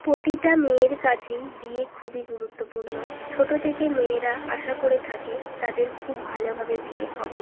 প্রতিটা মেয়ের কাছেই বিয়ে খুবই গুরুত্বপূর্ণ ছোটো থেকে মেয়েরা আশা করে থাকে তাদের খুব ভালোভাবে বিয়ে হবে